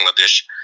Bangladesh